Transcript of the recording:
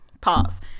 pause